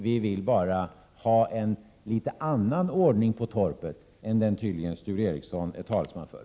Vi vill bara ha en något annorlunda ordning på torpet än den Sture Ericson tydligen är talesman för.